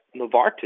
Novartis